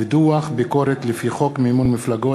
ודוח ביקורת לפי חוק מימון מפלגות,